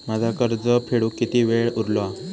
माझा कर्ज फेडुक किती वेळ उरलो हा?